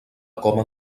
coma